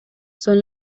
son